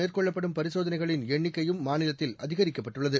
மேற்கொள்ளப்படும் பரிசோதனைகளின் எண்ணிக்கையும் நாள்தோறும் மாநிலத்தில் அதிகரிக்கப்பட்டுள்ளது